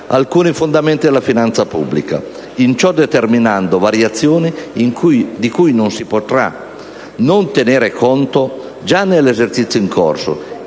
alcuni fondamenti della finanza pubblica, in ciò determinando anche variazioni di cui non si potrà non tener conto già nell'esercizio in corso,